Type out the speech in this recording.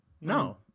No